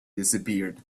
disappeared